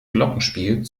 glockenspiel